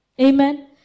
Amen